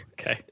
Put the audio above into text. Okay